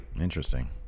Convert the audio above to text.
Interesting